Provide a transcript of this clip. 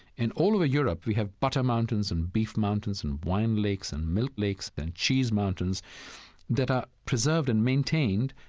and all over europe, we have butter mountains and beef mountains and wine lakes and milk lakes and cheese mountains that are preserved and maintained,